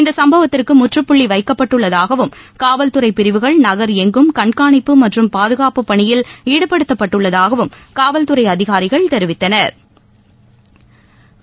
இந்த சம்பவத்திற்கு முற்றுப்புள்ளி வைக்கப்பட்டுள்ளதாகவும் காவல்துறை பிரிவுகள் நகர் எங்கும் கண்காணிப்பு மற்றும் பாதுகாப்பு பணியில் ஈடுபடுத்தப்பட்டுள்ளதாகவும் காவல்துறை அதிகாரிகள் தெரிவித்தனா்